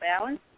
balance